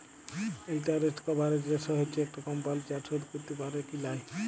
interest coverage ratio হচ্যে একট কমপালি ধার শোধ ক্যরতে প্যারে কি লায়